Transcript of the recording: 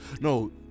no